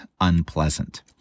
unpleasant